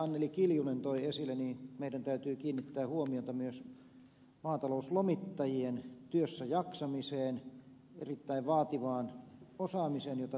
anneli kiljunen toi esille meidän täytyy kiinnittää huomiota myös maatalouslomittajien työssäjaksamiseen erittäin vaativaan osaamiseen jota tämä työ vaatii